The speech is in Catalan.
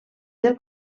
del